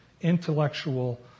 intellectual